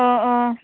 অঁ অঁ